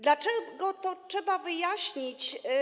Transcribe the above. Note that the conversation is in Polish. Dlaczego - to trzeba wyjaśnić.